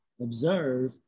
observe